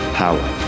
power